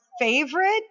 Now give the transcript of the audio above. favorite